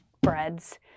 Breads